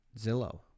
Zillow